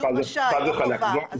לא חובה.